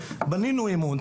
בנינו אמון,